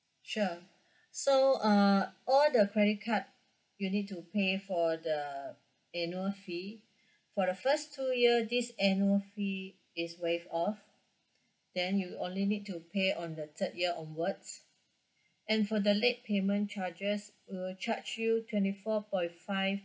sure so uh all the credit card you need to pay for the annual fee for the first two year this annual fee is waive off then you only need to pay on the third year onwards and for the late payment charges we will charge you twenty four point five